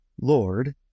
Lord